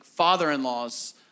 father-in-law's